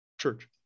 church